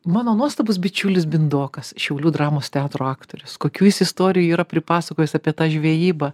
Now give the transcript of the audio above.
mano nuostabus bičiulis bindokas šiaulių dramos teatro aktorius kokių jis istorijų yra pripasakojęs apie tą žvejybą